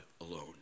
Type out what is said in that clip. alone